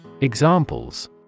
Examples